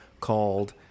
called